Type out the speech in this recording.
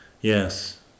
Yes